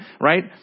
right